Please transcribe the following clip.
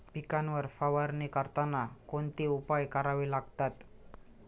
पिकांवर फवारणी करताना कोणते उपाय करावे लागतात?